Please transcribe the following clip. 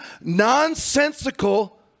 nonsensical